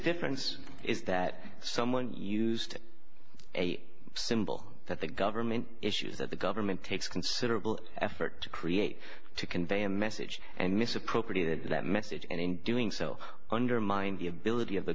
difference is that someone used a symbol that the government issues that the government takes considerable effort to create to convey a message and misappropriated that message and in doing so undermine the ability of the